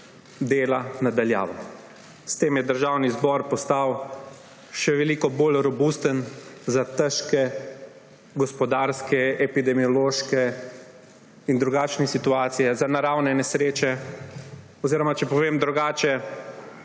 dela na daljavo. S tem je Državni zbor postal še veliko bolj robusten za težke gospodarske, epidemiološke in drugačne situacije, za naravne nesreče, oziroma če povem drugače,